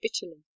bitterly